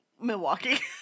Milwaukee